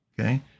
okay